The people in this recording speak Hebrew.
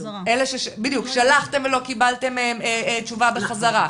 קיבלתם תשובה בחזרה.